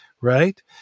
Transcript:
right